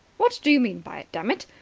what do you mean by it, damn it?